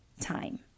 time